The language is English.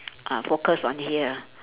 uh focus on here